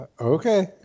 Okay